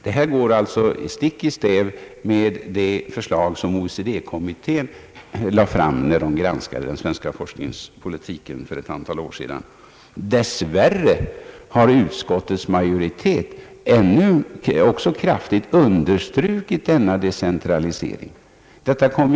Detta går alltså stick i stäv med det förslag som OECD-kommittén lade fram när den för ett antal år sedan granskade den svenska forskningspolitiken. Dess värre har utskottets majoritet kraftigt understrukit dessa nämnders självständiga ställning.